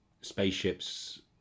spaceships